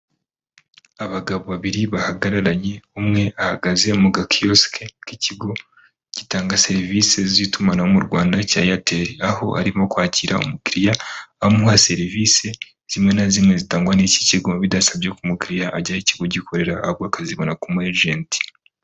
Abagabo babiri bahagararanye, umwe ahagaze mu gakiyosike k'ikigo gitanga serivisi z'itumanaho mu Rwanda cya Airtel, aho arimo kwakira umukiriya amuha serivisi zimwe na zimwe zitangwa n'iki kigo bidasabye ko umukiriya ajya aho ikigo gikorera ahubwo akazibona ku mwagenti.